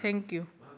thank you